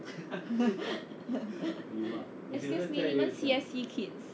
excuse me 你们 C_S_C kids